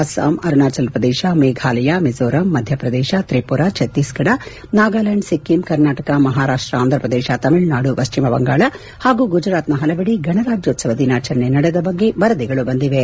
ಅಸ್ಲಾಂ ಅರುಣಾಚಲ ಪ್ರದೇಶ ಮೇಫಾಲಯ ಮಿಜೋರಾಂ ಮಧ್ಯಪ್ರದೇಶ ತ್ರಿಪುರಾ ಚತ್ತೀಸ್ಫಡ ನಾಗಾಲ್ಕಾಂಡ್ ಸಿಕ್ಕಿಂ ಕರ್ನಾಟಕ ಮಹಾರಾಷ್ಟ ಆಂಧ್ರಪ್ರದೇಶ ತಮಿಳುನಾಡು ಪಶ್ಚಿಮಬಂಗಾಳ ಹಾಗೂ ಗುಜರಾತ್ನ ಹಲವೆಡೆ ಗಣರಾಜ್ಯೋತ್ಸವ ದಿನಾಚರಣೆ ನಡೆದ ಬಗ್ಗೆ ವರದಿಗಳು ಬಂದಿವೆ